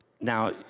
Now